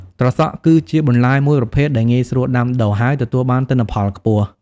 ត្រសក់ គឺជាបន្លែមួយប្រភេទដែលងាយស្រួលដាំដុះ ហើយទទួលបានទិន្នផលខ្ពស់។